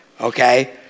okay